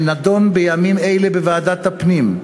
שנדון בימים אלה בוועדת הפנים,